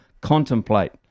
contemplate